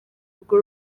urwo